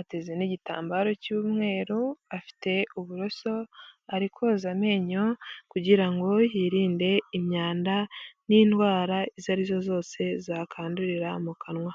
ateze n'igitambaro cy'umweru, afite uburoso ari koza amenyo kugira yirinde imyanda n'indwara izo ari zo zose zakandurira mu kanwa.